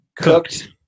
Cooked